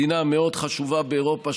מדינה מאוד חשובה באירופה,